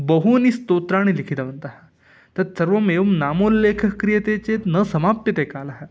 बहूनिस्तोत्राणि लिखितवन्तः तत्सर्वम् एवं नामोल्लेखः क्रियते चेत् न समाप्यते कालः